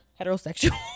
heterosexual